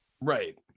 right